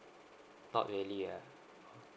not really yeah